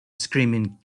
screaming